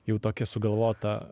jau tokia sugalvota